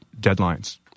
deadlines